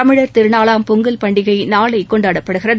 தமிழர் திருநாளாம் பொங்கல் பண்டிகை நாளை கொண்டாடப்படுகிறது